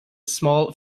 small